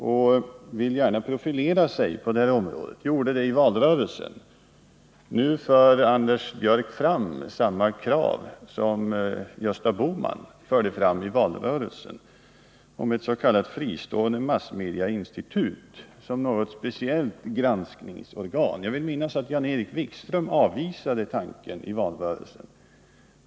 Moderaterna vill gärna profilera sig på det här området, och de gjorde också det i valrörelsen. Nu för Anders Björck fram samma krav som Gösta Bohman förde fram i valrörelsen, nämligen kravet på ett s.k. fristående massmedieinstitut som skulle arbeta som ett speciellt granskningsorgan. Jag vill minnas att Jan-Erik Wikström avvisade 53 den tanken i valrörelsen.